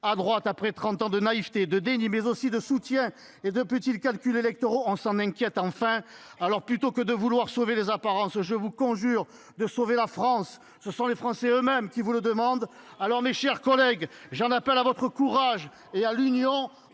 À droite, après trente ans de naïveté, de déni, mais aussi de soutien et de petits calculs électoraux, on s’en inquiète enfin… Plutôt que de vouloir sauver les apparences, je vous conjure de sauver la France : ce sont les Français eux mêmes qui vous le demandent ! Mes chers collègues, j’en appelle à votre courage et à l’union.